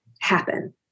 happen